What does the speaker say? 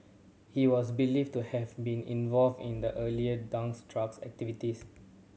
he was believed to have been involved in the earlier duo's drug activities